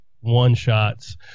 one-shots